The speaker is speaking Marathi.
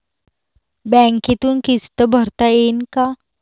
बँकेतून किस्त भरता येईन का?